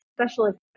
specialist